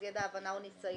אז ידע הבנה או ניסיון.